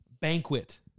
Banquet